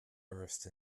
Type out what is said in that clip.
first